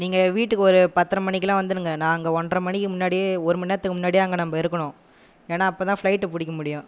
நீங்கள் வீட்டுக்கு ஒரு பத்தரை மணிக்குலாம் வந்திருங்க நாங்கள் ஒன்றரை மணிக்கு முன்னாடேயே ஒரு மணிநேரத்துக்கு முன்னாடேயே நம்ம அங்கே இருக்கணும் ஏனால் அப்போதான் ஃப்ளைட்டு பிடிக்க முடியும்